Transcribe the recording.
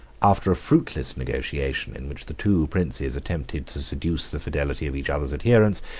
after a fruitless negotiation, in which the two princes attempted to seduce the fidelity of each other's adherents,